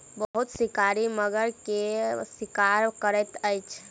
बहुत शिकारी मगर के शिकार करैत अछि